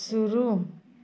शुरू